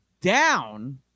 down